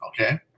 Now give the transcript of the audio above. Okay